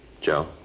Joe